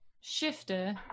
shifter